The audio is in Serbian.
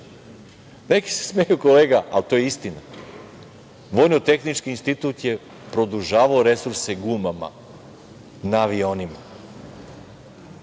Neki se smeju, kolega, ali to je istina. Vojno-tehnički institut je produžavao resurse gumama na avionima